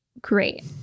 Great